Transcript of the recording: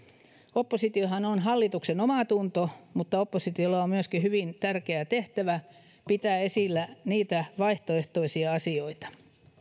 oppositiohan on hallituksen omatunto mutta oppositiolla on myöskin hyvin tärkeä tehtävä pitää esillä vaihtoehtoisia asioita